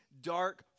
dark